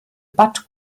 bat